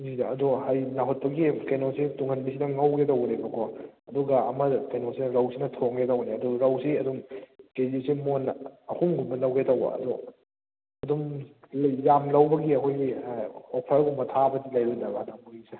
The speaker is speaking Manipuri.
ꯀꯦꯖꯤꯗ ꯑꯗꯣ ꯍꯌꯦꯡ ꯅꯥꯍꯨꯠꯄꯒꯤ ꯀꯩꯅꯣꯁꯦ ꯇꯨꯡꯍꯟꯕꯤꯁꯤꯅ ꯉꯧꯒꯦ ꯇꯧꯕꯅꯦꯕꯀꯣ ꯑꯗꯨꯒ ꯑꯃ ꯀꯩꯅꯣꯁꯤꯅ ꯔꯧꯁꯤꯅ ꯊꯣꯡꯒꯦ ꯇꯧꯕꯅꯦ ꯑꯗꯨ ꯔꯧꯁꯤ ꯑꯗꯨꯝ ꯀꯦꯖꯤꯁꯤ ꯃꯣꯟꯗ ꯑꯍꯨꯝꯒꯨꯝꯕ ꯂꯧꯒꯦ ꯇꯧꯕ ꯑꯗꯣ ꯑꯗꯨꯝ ꯌꯥꯝ ꯂꯧꯕꯒꯤ ꯑꯩꯈꯣꯏꯒꯤ ꯑꯣꯐꯔꯒꯨꯝꯕ ꯊꯥꯕꯗꯤ ꯂꯩꯔꯣꯏꯗꯕ꯭ꯔꯥ ꯇꯥꯃꯣꯒꯤꯁꯦ